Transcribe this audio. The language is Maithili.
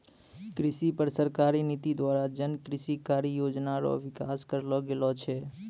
कृषि पर सरकारी नीति द्वारा जन कृषि कारी योजना रो विकास करलो गेलो छै